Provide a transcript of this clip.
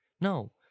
No